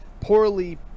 poorly